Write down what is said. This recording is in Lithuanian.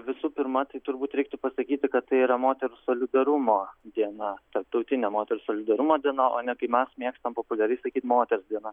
visų pirma tai turbūt reiktų pasakyti kad tai yra moterų solidarumo diena tarptautinė moterų solidarumo diena o ne kaip mes mėgstam populiariai sakyt moters diena